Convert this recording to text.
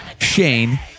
Shane